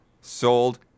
sold